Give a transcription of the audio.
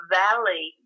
valley